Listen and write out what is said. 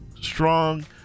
strong